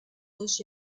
dos